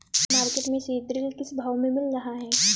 Market में सीद्रिल किस भाव में मिल रहा है?